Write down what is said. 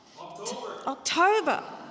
October